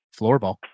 floorball